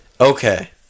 Okay